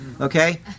okay